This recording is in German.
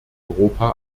europa